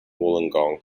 wollongong